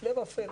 הפלא ופלא,